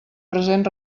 present